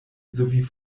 sowie